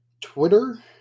Twitter